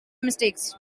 mistakes